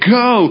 go